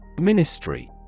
Ministry